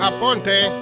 Aponte